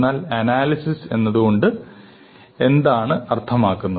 എന്നാൽ അനാലിസിസ് എന്നതുകൊണ്ട് എന്താണ് അർത്ഥമാക്കുന്നത്